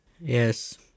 Yes